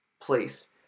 place